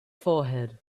forehead